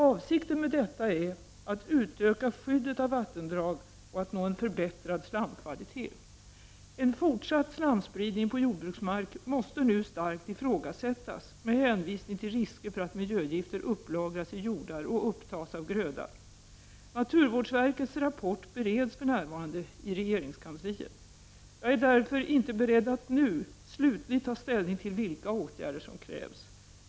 Avsikten med detta är att utöka skyddet av vattendrag och att nå en förbättrad slamkvalitet. En fortsatt slamspridning på jordbruksmark måste nu starkt ifrågasättas med hänvisning till risker för att miljögifter upplagras i jordar och upptas av gröda. Naturvårdsverkets rapport bereds för närvarande i regeringskansliet. Jag är därför inte beredd att nu slutligt ta ställning till vilka åtgärder som krävs.